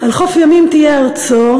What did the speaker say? "על חוף ימים תהיה ארצו.